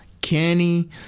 Kenny